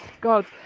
God